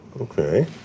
okay